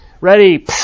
ready